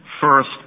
First